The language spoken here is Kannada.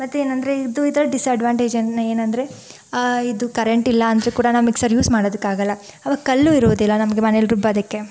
ಮತ್ತೇನಂದರೆ ಇದು ಇದರ ಡಿಸ್ಅಡ್ವಾಂಡೇಜ್ ಏನಂದರೆ ಇದು ಕರೆಂಟ್ ಇಲ್ಲಾಂದರೂ ಕೂಡ ನಾವು ಮಿಕ್ಸರ್ ಯೂಸ್ ಮಾಡೋದಕ್ಕಾಗಲ್ಲ ಆವಾಗ ಕಲ್ಲು ಇರೋದಿಲ್ಲ ನಮ್ಗೆ ಮನೇಲಿ ರುಬ್ಬೋದಕ್ಕೆ